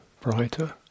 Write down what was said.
brighter